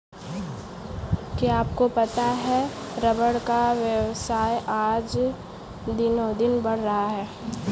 क्या आपको पता है रबर का व्यवसाय आज दिनोंदिन बढ़ रहा है?